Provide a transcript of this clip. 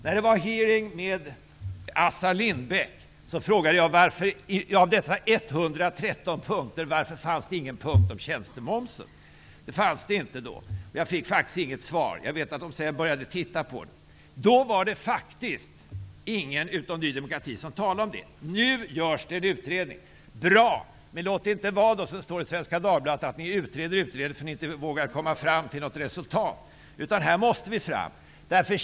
Vid hearingen med Assar Lindbeck frågade jag varför det bland dessa 113 punkter inte fanns någon punkt om tjänstemomsen -- det fanns det inte då -- och jag fick faktiskt inget svar; jag vet att man sedan började titta närmare på det. Då var det faktiskt ingen utom Ny demokrati som talade om det. Nu görs det en utredning. Bra! Men låt det då inte vara som det står i Svenska Dagbladet -- att ni utreder och utreder därför att ni inte vågar komma fram till ett resultat. Här måste vi komma fram till ett resultat!